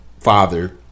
father